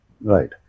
Right